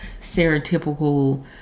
stereotypical